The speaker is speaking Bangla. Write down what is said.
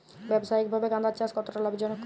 ব্যবসায়িকভাবে গাঁদার চাষ কতটা লাভজনক?